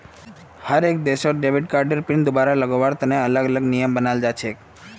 हर एक देशत debit card pin दुबारा लगावार तने अलग अलग नियम बनाल जा छे